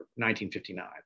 1959